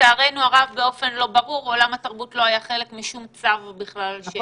לצערנו הרב באופן לא ברור עולם התרבות לא היה חלק משום צו שהגיע לכאן.